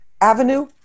avenue